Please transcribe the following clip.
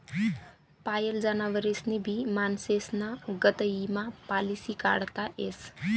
पायेल जनावरेस्नी भी माणसेस्ना गत ईमा पालिसी काढता येस